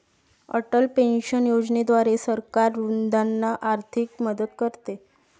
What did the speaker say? Atal pension योजनेद्वारे सरकार वृद्धांना आर्थिक मदत करते